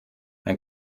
ein